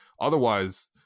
otherwise